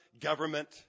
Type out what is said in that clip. Government